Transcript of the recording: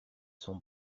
son